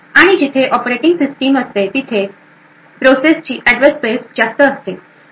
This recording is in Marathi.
आणि जिथे ऑपरेटिंग सिस्टीम असते तिथे प्रोसेस ची अॅड्रेस स्पेस जास्त असते